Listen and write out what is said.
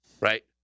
Right